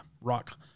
rock